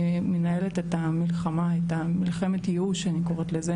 מנהלת את המלחמה מלחמת ייאוש אני קוראת לזה